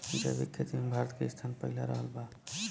जैविक खेती मे भारत के स्थान पहिला रहल बा